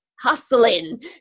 hustling